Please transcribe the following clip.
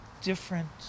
different